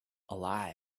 alive